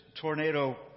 tornado